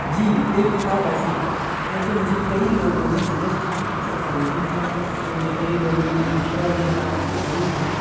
جی ایک کتاب ایسی ہے جو کہ مجھے کئی لوگوں نے سجیسٹ کی جس کا سجیشن دیا جو مجھے کئی لوگوں نے مشورہ دیا کہ آپ اِس کو ضرور پڑھیں